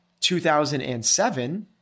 2007